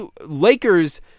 Lakers